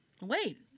Wait